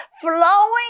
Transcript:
flowing